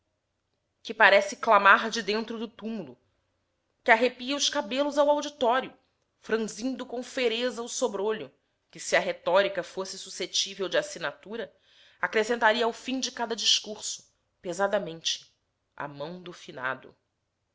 que parece clamar de dentro do túmulo que arrepia os cabelos ao auditório franzindo com fereza o sobrolho que se a retórica fosse suscetível de assinatura acrescentaria ao fim de cada discurso pesadamente a mão do finado